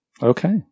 Okay